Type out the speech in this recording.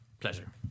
pleasure